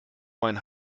mein